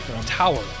tower